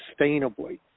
sustainably